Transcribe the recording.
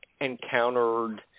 encountered